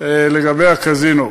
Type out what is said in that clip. לגבי הקזינו.